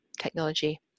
technology